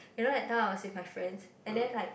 you know that time I was with my friends and then like